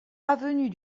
avenue